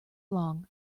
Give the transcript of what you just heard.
long